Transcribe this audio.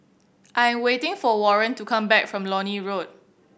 I'm waiting for Warren to come back from Lornie Walk